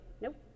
Nope